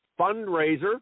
fundraiser